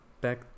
Back